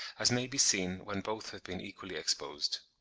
as may be seen when both have been equally exposed.